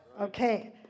Okay